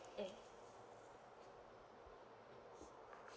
mm